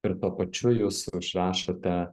ir tuo pačiu jūs užrašote